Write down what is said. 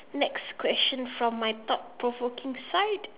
next question from my thought provoking side